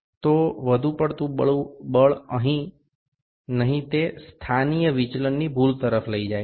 તો વધુ પડતું બળ નહીં તે સ્થાનિય વિચલનની ભૂલ તરફ લઈ જાય છે